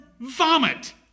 Vomit